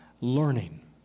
learning